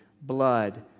blood